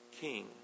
king